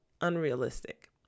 unrealistic